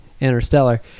Interstellar